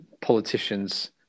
politicians